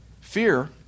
Fear